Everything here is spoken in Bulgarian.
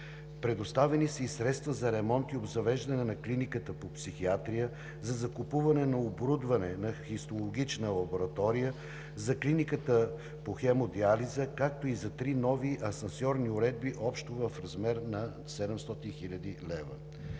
Предоставени са и средства за ремонт и обзавеждане на Клиниката по психиатрия, за закупуване на оборудване на Хистологична лаборатория, за Клиниката по хемодиализа, както и за три нови асансьорни уредби общо в размер на 700 хил. лв.